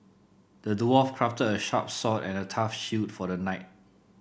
the dwarf crafted a sharp sword and a tough shield for the knight